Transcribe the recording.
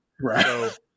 Right